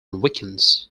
weekends